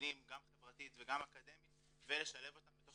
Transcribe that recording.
המובילים גם חברתית וגם אקדמית ולשלב אותם בתוך